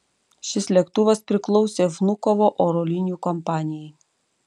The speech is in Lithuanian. šis lėktuvas priklausė vnukovo oro linijų kompanijai